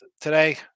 Today